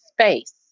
space